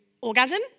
orgasm